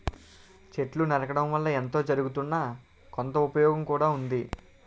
చెట్లు నరకడం వల్ల ఎంతో జరగుతున్నా, కొంత ఉపయోగం కూడా ఉంది